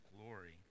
glory